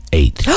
eight